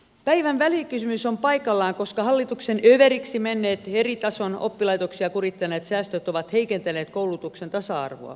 päivän välikysymys on paikallaan koska hallituksen överiksi menneet eri tason oppilaitoksia kurittaneet säästöt ovat heikentäneet koulutuksen tasa arvoa